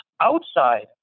outside